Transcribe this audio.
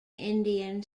indian